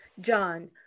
John